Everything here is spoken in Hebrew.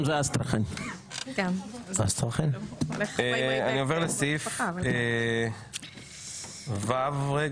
אני עובר כרגע לסעיף ו':